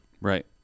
right